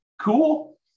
Cool